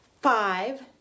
five